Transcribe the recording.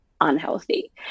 unhealthy